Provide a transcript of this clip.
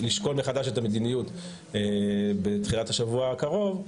לשקול מחדש את המדיניות בתחילת השבוע הקרוב,